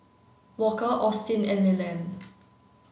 walker Austin and Leland